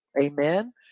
Amen